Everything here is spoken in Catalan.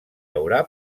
haurà